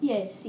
Yes